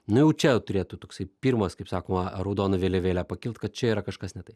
nu jau čia turėtų toksai pirmas kaip sakoma raudona vėliavėlė pakilt kad čia yra kažkas ne tai